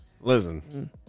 Listen